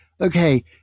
okay